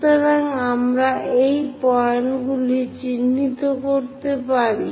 সুতরাং আমরা এই পয়েন্টগুলি চিহ্নিত করতে পারি